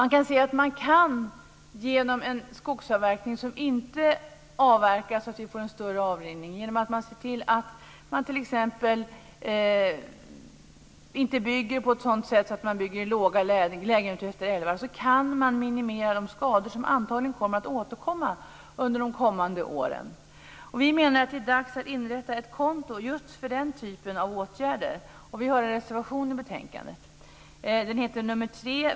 Man kan genom en skogsavverkning som innebär att man inte avverkar så att vi får en större avrinning, genom att man ser till att man t.ex. inte bygger låga lägenheter utefter älvar, minimera de skador som antagligen kommer att återkomma under de kommande åren.